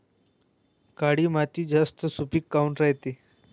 काळी माती जास्त सुपीक काऊन रायते?